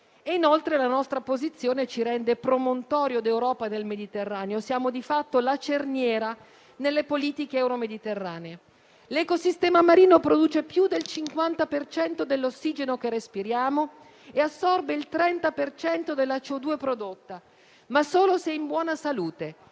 Inoltre, la nostra posizione ci rende promontorio d'Europa nel Mediterraneo; siamo, di fatto, la cerniera nelle politiche euromediterranee. L'ecosistema marino produce più del 50 per cento dell'ossigeno che respiriamo e assorbe il 30 per cento della CO2 prodotta, ma solo se è in buona salute.